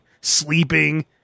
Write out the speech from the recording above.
sleeping